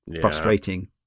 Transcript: frustrating